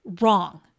Wrong